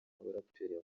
nk’abaraperi